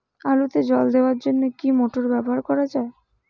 আলুতে জল দেওয়ার জন্য কি মোটর ব্যবহার করা যায়?